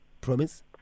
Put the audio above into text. Promise